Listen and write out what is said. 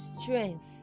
strength